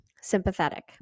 sympathetic